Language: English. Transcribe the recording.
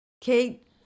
Kate